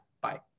Bye